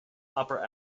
opera